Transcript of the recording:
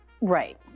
Right